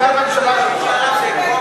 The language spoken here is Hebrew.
זו הממשלה שלך.